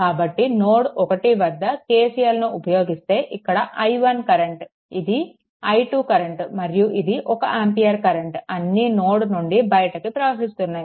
కాబట్టి నోడ్1 వద్ద KCL ను ఉపయోగిస్తే ఇక్కడ i1 కరెంట్ ఇది i2 కరెంట్ మరియు ఇది 1 ఆంపియర్ కరెంట్ అన్నీ నోడ్ నుండి బయటకు ప్రవహిస్తున్నాయి